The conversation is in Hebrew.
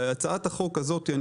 בהצעת החוק הזאת יש